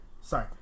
Sorry